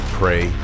pray